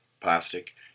Plastic